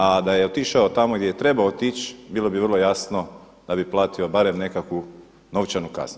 A da je otišao tamo gdje je trebao otići bilo bi vrlo jasno da bi platio barem nekakvu novčanu kaznu.